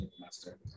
Master